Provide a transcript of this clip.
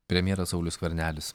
premjeras saulius skvernelis